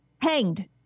Hanged